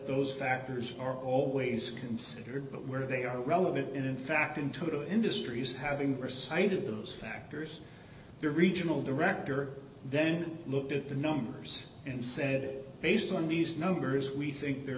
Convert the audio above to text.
those factors are always considered but where they are relevant and in fact in two industries having persuaded those factors the regional director then looked at the numbers and said based on these numbers we think there